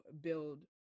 build